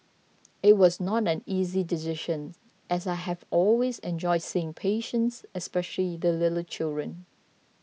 it was not an easy decisions as I have always enjoyed seeing patients especially the little children